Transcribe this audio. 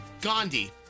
Gandhi